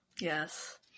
Yes